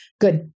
good